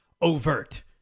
overt